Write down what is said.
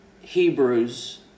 Hebrews